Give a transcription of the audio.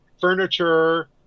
furniture